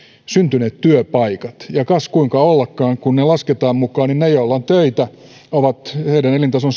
syntyneet työpaikat ja kas kuinka ollakaan kun ne lasketaan mukaan niin niiden joilla on töitä elintaso